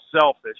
selfish